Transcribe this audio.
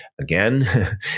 again